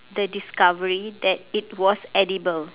the discovery that it was edible